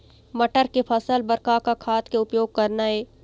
मटर के फसल बर का का खाद के उपयोग करना ये?